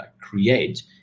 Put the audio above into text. create